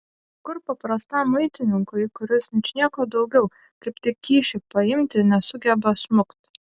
kur paprastam muitininkui kuris ničnieko daugiau kaip tik kyšį paimti nesugeba smukt